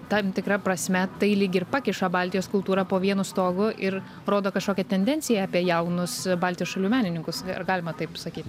tam tikra prasme tai lyg ir pakiša baltijos kultūrą po vienu stogu ir rodo kažkokią tendenciją apie jaunus baltijos šalių menininkus ar galima taip sakyt